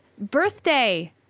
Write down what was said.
birthday